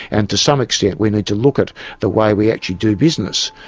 and to some extent we need to look at the way we actually do business.